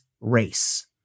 race